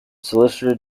solicitor